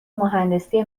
مهندسی